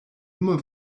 immer